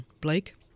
Blake